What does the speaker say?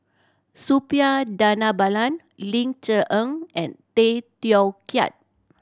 Suppiah Dhanabalan Ling Cher Eng and Tay Teow Kiat